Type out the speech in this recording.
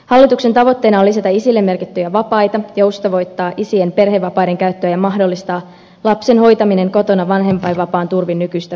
hallituksen tavoitteena on lisätä isille merkittyjä vapaita joustavoittaa isien perhevapaiden käyttöä ja mahdollistaa lapsen hoitaminen kotona vanhempainvapaan turvin nykyistä pidempään